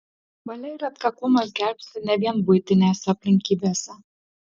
valia ir atkaklumas gelbsti ne vien buitinėse aplinkybėse